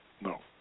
No